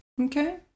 Okay